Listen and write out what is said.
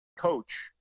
Coach